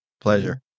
Pleasure